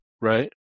Right